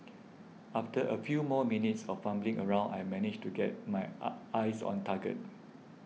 after a few more minutes of fumbling around I managed to get my eye eyes on target